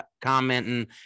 commenting